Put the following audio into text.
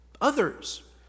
others